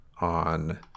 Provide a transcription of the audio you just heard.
on